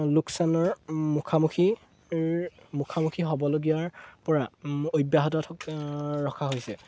লোকচানৰ মুখামুখি মুখামুখি হ'বলগীয়াৰ পৰা অব্যাহত ৰখা হৈছে